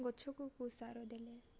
ଗଛକୁ କେଉଁ ସାର ଦେଲେ